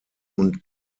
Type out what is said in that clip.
und